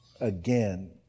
again